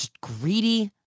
greedy